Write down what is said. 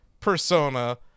persona